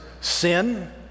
Sin